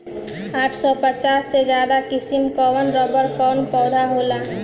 आठ सौ पचास से ज्यादा किसिम कअ रबड़ कअ पौधा होला